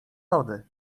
lody